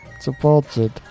supported